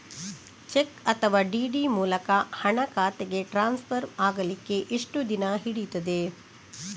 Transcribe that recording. Check ಅಥವಾ DD ಮೂಲಕ ಹಣ ಖಾತೆಗೆ ಟ್ರಾನ್ಸ್ಫರ್ ಆಗಲಿಕ್ಕೆ ಎಷ್ಟು ದಿನ ಹಿಡಿಯುತ್ತದೆ?